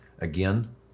again